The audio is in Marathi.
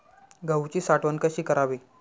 गहूची साठवण कशी करावी?